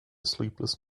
sleepless